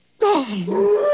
gone